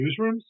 newsrooms